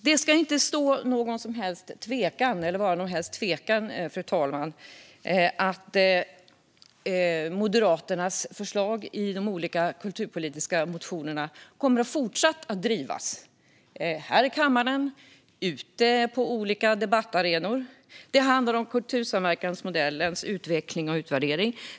Det ska inte råda något som helst tvivel om att Moderaternas förslag i de olika kulturpolitiska motionerna även i fortsättningen kommer att drivas i kammaren och ute på olika debattarenor. Det handlar om utveckling och utvärdering av kultursamverkansmodellen.